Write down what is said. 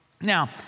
Now